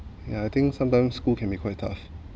yeah I think sometimes school can be quite tough